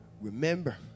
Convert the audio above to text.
Remember